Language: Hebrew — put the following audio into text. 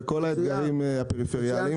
וכל האתגרים הפריפריאליים.